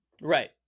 Right